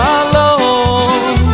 alone